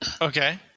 Okay